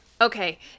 okay